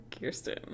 Kirsten